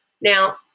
Now